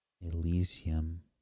Elysium